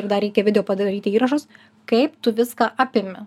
ir dar reikia video padaryti įrašus kaip tu viską apimi